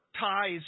ties